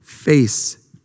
face